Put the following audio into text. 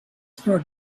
for